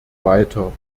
weiter